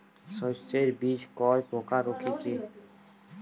শস্যের বীজ কয় প্রকার ও কি কি?